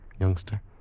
youngster